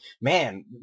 man